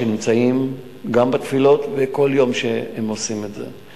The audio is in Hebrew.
שנמצאים גם בתפילות ובכל יום שהם עושים את זה,